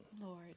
Lord